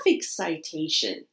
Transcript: citation